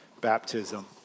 baptism